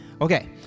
Okay